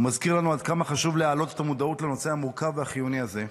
הוא מזכיר לנו עד כמה חשוב להעלות את המודעות לנושא המורכב והחיוני הזה.